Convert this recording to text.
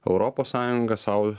europos sąjunga sau